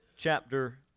Chapter